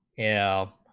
l